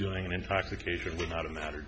doing an intoxication without a matter